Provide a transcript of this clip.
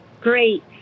Great